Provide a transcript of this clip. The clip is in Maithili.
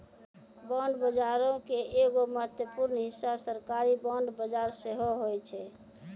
बांड बजारो के एगो महत्वपूर्ण हिस्सा सरकारी बांड बजार सेहो होय छै